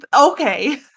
Okay